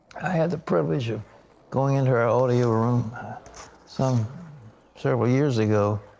had the privilege of going into our audio room some several years ago.